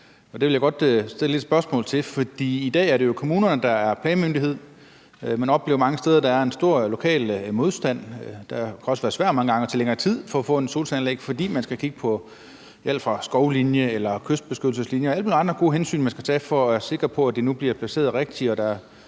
Det vil jeg godt stille et spørgsmål til, for i dag er det jo kommunerne, der er planmyndighed, og man oplever mange steder, at der er en stor lokal modstand, og det kan være svært og tage længere tid at få opført et solcealleanlæg, fordi man skal kigge på alt fra skovlinje eller kystbeskyttelseslinje og alle mulige andre gode hensyn, man skal tage for at være sikker på, at det nu bliver placeret rigtigt,